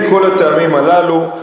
מכל הטעמים הללו,